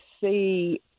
see